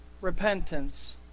repentance